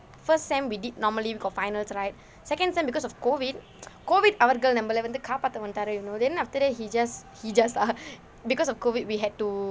first semester we did normally for finals right second semester because of COVID COVID அவர்கள் நம்மளை வந்து காப்பாத்த மாட்டார்:avarkal nammalai vanthu kaappaatha maattar you know then after that he just he just ah because of COVID we had to